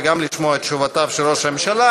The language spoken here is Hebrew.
וגם לשמוע את תשובותיו של ראש הממשלה.